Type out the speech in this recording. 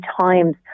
times